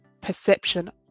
perception